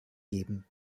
geben